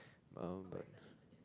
um but